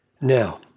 Now